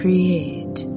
Create